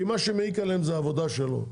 כי מה שמעיק עליהם זה העבודה שלו,